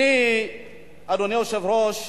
אדוני היושב-ראש,